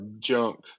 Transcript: junk